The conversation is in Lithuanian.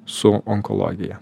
su onkologija